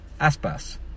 Aspas